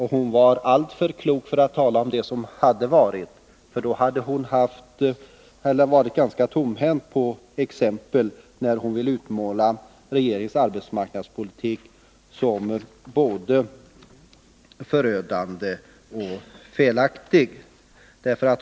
Hon var alltför klok för att tala om det som varit, för i så fall hade hon varit ganska tomhänt på exempel när hon ville utmåla regeringens arbetsmarknadspolitik som både förödande och felaktig.